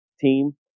team